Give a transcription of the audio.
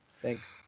Thanks